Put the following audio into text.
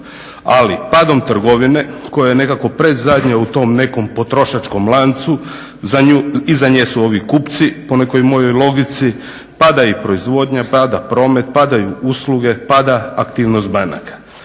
Ali, padom trgovine koja je nekako predzadnja u tom nekom potrošačkom lancu iza nje su ovi kupci po nekoj mojoj logici, pada i proizvodnja, pada promet, padaju usluge, pada aktivnost banaka.